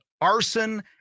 arson